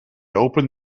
opened